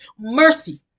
mercy